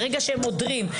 ברגע שהם עודרים,